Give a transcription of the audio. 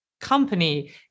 company